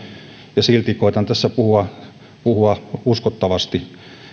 ja silti koetan tässä puhua puhua uskottavasti